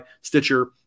Stitcher